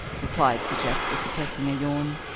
replied sir jasper, suppressing a yawn.